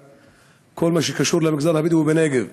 לכל מה שקשור למגזר הבדואי בנגב.